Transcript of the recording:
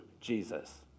Jesus